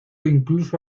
incluso